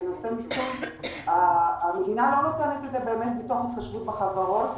היא לא נותנת את זה מתוך התחשבות של החברות,